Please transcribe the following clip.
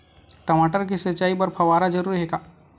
टमाटर के सिंचाई बर फव्वारा जरूरी हे का?